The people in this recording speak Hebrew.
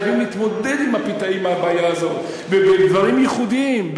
וחייבים להתמודד עם הבעיה הזו בדברים ייחודיים,